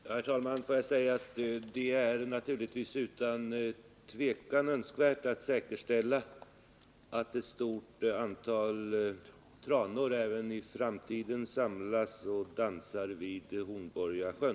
Herr talman! Det är naturligtvis önskvärt att säkerställa att ett stort antal tranor även i framtiden dansar vid Hornborgasjön.